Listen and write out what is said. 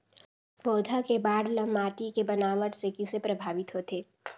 पौधा के बाढ़ ल माटी के बनावट से किसे प्रभावित होथे?